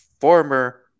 former